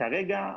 כרגע,